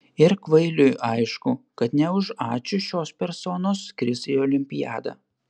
ir kvailiui aišku kad ne už ačiū šios personos skris į olimpiadą